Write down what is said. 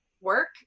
work